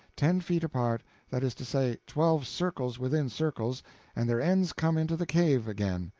ten feet apart that is to say, twelve circles within circles and their ends come into the cave again.